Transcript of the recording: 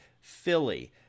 Philly